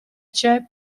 c’è